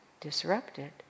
disrupted